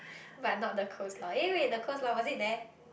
but not the coleslaw eh wait the coleslaw was it there